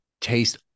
taste